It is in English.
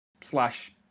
slash